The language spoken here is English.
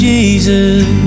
Jesus